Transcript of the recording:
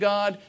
God